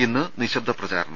ഇന്ന് നിശബ്ദ പ്രചാരണം